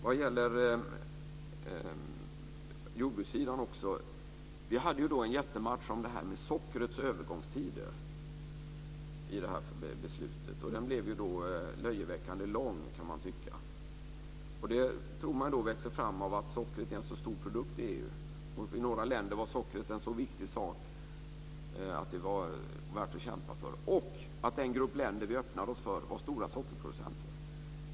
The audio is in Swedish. Vad gäller jordbrukssidan hade vi en jättematch om övergångstider för sockret. Den blev löjeväckande lång, kan man tycka. Det tror man växer fram av att sockret är en så stor produkt i EU. För några länder var sockret en så viktig sak att det var värt att kämpa för det och att den grupp länder vi öppnade oss för var stora sockerproducenter.